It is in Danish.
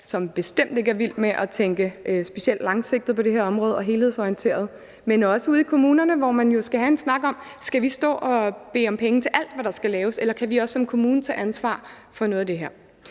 som bestemt ikke er vilde med at tænke specielt langsigtet og helhedsorienterede på det her område, men også ude i kommunerne, hvor man jo skal have en snak om, om de skal stå og bede om penge til alt, hvad der skal laves, eller om de også som kommune kan tage ansvar for noget af det her.